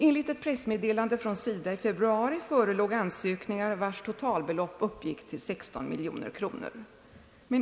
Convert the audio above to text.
Enligt ett pressmeddelande från SIDA i februari förelåg ansökningar vilkas totalbelopp uppgick till 16 miljoner kronor.